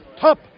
Top